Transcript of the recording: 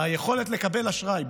היכולת לקבל אשראי,